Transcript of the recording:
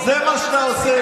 זה מה שעשית.